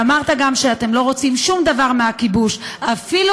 ואמרת גם שאתם לא רוצים שום דבר מהכיבוש: אפילו